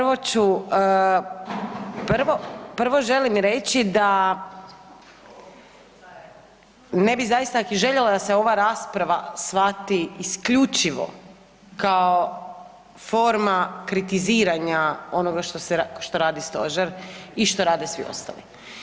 Evo prvo želim reći da ne bih zaista željela da se ova rasprava shvati isključivo kao forma kritiziranja onoga što radi stožer i što rade svi ostali.